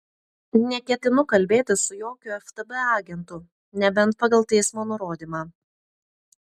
neketinu kalbėtis su jokiu ftb agentu nebent pagal teismo nurodymą